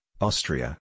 Austria